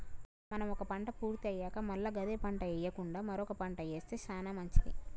మనం ఒక పంట పూర్తి అయ్యాక మల్ల గదే పంట ఎయ్యకుండా మరొక పంట ఏస్తె సానా మంచిది